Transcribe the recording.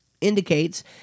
indicates